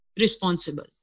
responsible